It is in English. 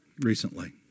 recently